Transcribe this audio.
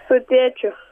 su tėčiu